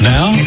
Now